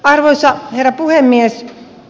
arvoisa herra puhemies